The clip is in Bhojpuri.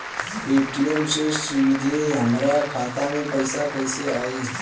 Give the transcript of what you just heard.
पेटीएम से सीधे हमरा खाता मे पईसा कइसे आई?